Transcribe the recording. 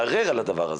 לערער על הדבר הזה.